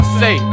say